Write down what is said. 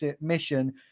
mission